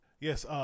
Yes